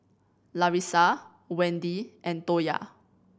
Larissa Wendi and Toya